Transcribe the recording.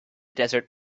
desert